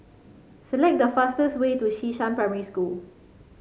select the fastest way to Xishan Primary School